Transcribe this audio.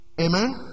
Amen